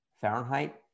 Fahrenheit